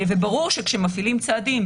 וברור שכשמפעילים צעדים,